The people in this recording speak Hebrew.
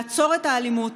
לעצור את האלימות,